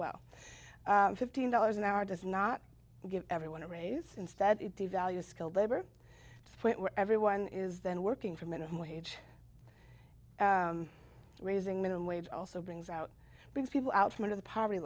well fifteen dollars an hour does not give everyone a raise instead it devalues skilled labor where everyone is then working for minimum wage raising minimum wage also brings out because people out from under the poverty